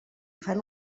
fan